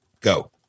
go